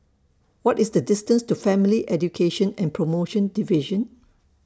What IS The distance to Family Education and promotion Division